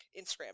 Instagram